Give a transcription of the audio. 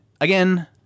Again